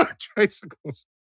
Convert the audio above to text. tricycles